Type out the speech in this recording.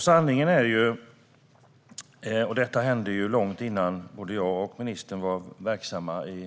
Sanningen är, och detta hände långt innan både jag och ministern blev verksamma